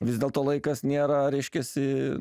vis dėlto laikas nėra reiškiasi